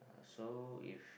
so if